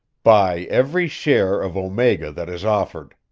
buy every share of omega that is offered.